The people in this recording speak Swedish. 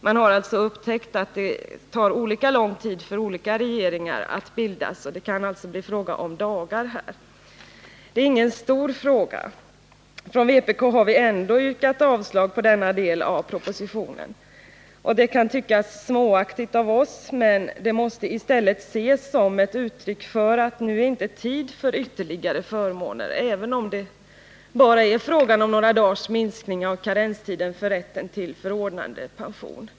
Man har upptäckt att det tar olika lång tid för olika regeringar att bildas, så det kan alltså bli fråga om dagar. Detta är ingen stor fråga. Från vpk har vi ändå yrkat avslag på denna del av propositionen. Det kan tyckas småaktigt av oss, men det måste i stället ses som ett uttryck för att det nu inte är tid för ytterligare förmåner. även om det bara är fråga om några dagars minskning av karenstiden för rätten till förordnandepension.